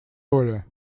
оля